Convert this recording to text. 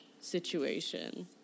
situation